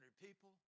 people